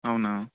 అవునా